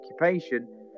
occupation